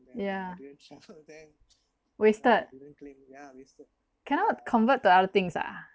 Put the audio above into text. yeah wasted cannot convert to other things ah